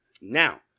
now